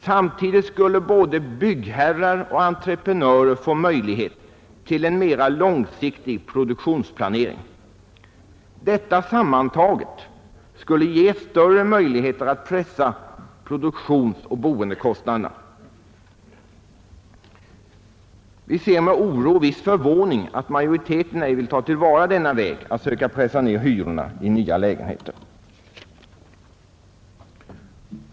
Samtidigt skulle både byggherrar och entreprenörer få möjligheter att göra en mera långsiktig produktionsplanering. Detta sammantaget skulle ge större möjligheter att pressa produktionsoch boendekostnaderna. Vi ser med oro och en viss förvåning att majoriteten inte vill tillvarata denna möjlighet att pressa ned hyrorna i nya lägenheter.